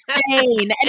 Insane